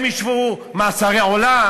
הם ישבו מאסרי עולם.